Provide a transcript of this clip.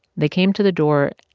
they came to the door.